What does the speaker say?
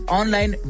online